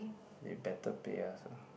they better pay us ah